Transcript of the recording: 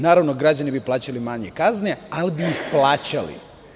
Naravno, građani bi plaćali manje kazne, ali bi ih plaćali.